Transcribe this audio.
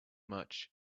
much